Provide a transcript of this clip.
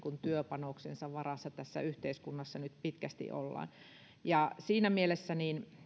työpanoksensa varassa tässä yhteiskunnassa nyt pitkästi ollaan siinä mielessä